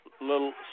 little